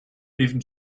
even